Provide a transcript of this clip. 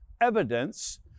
evidence